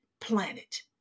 planet